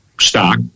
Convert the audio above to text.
stock